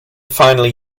finally